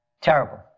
Terrible